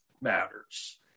matters